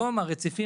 קודם כל,